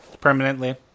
permanently